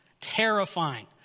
Terrifying